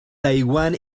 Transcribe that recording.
taiwán